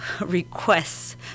requests